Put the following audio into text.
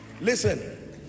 Listen